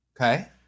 Okay